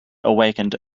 awakened